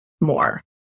more